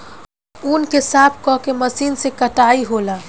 ऊँन के साफ क के मशीन से कताई होला